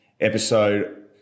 episode